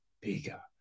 bigger